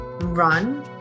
run